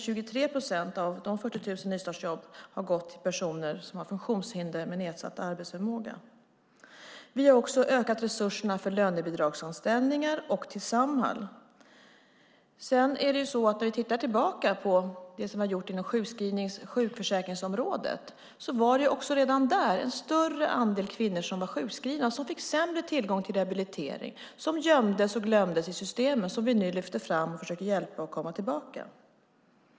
23 procent av 40 000 nystartsjobb har gått till personer som har funktionshinder med nedsatt arbetsförmåga. Vi har också ökat resurserna för lönebidragsanställningar och till Samhall. Låt oss titta tillbaka på det som vi har gjort på sjukförsäkringsområdet. Redan där var det en större andel som kvinnor sjukskrivna och som fick sämre tillgång till rehabilitering. De gömdes och glömdes i systemen. Dem lyfter vi nu fram och försöker hjälpa att komma tillbaka.